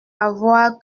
avoir